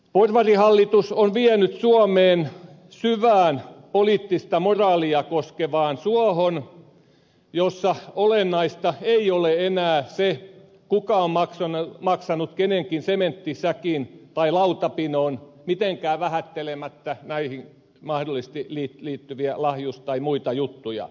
porvarihallitus on vienyt suomen syvään poliittista moraalia koskevaan suohon jossa olennaista ei ole enää se kuka on maksanut kenenkin sementtisäkin tai lautapinon mitenkään vähättelemättä näihin mahdollisesti liittyviä lahjus tai muita juttuja